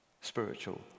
spiritual